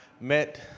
met